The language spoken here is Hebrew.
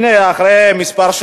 הנה, אחרי שנים מספר,